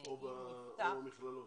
או במכללות?